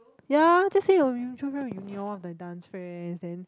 ya just say your mutual friend from uni orh like dance friends then